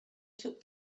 took